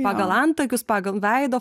pagal antakius pagal veido